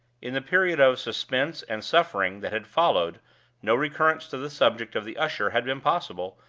in the period of suspense and suffering that had followed no recurrence to the subject of the usher had been possible,